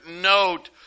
note